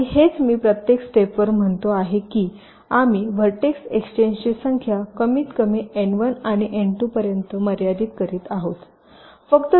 आणि हेच मी प्रत्येक स्टेपवर म्हणतो आहे की आम्ही व्हर्टेक्स एक्सचेंजची संख्या कमीतकमी एन 1 आणि एन 2 पर्यंत मर्यादित करीत आहोत